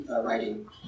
writing